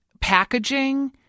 packaging